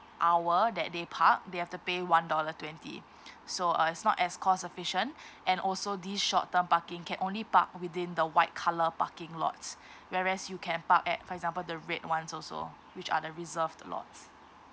hour that they park they have to pay one dollar twenty so uh it's not as cost efficient and also these short term parking can only park within the white colour parking lots whereas you can park at for example the red ones also which are the reserved lots